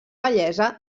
bellesa